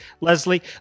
Leslie